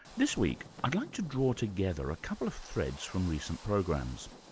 this week i'd like to draw together a couple of threads from recent programs.